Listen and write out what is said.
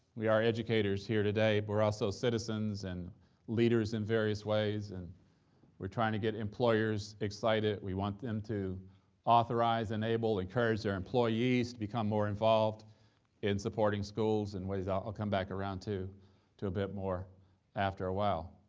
we are educators here today, but we're also citizens and leaders in various ways, and we're trying to get employers excited. we want them to authorize, enable, encourage their employees to become more involved in supporting schools in ways i'll come back around to to a bit more after a while,